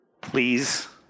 please